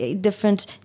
different